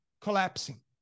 collapsing